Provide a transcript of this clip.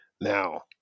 Now